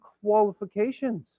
qualifications